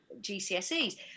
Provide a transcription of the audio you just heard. GCSEs